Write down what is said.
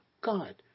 God